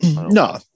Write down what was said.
no